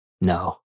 no